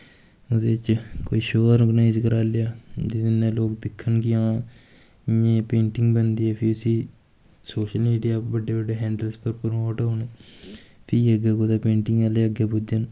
ओह्दे च कोई शो आर्गनाईज़ कराई लेआ ते जेह्दे कन्नै लोग दिक्खन कि हां इ'यां इ'यां पेंटिंग बनदी ऐ फ्ही उसी सोशल मीडिया बड्डे बड्डे हैंडल्स पर प्रमोट होन फ्ही पेंटिंग अग्गै कुदै पेटिंग आह्ले अग्गैं पुज्जन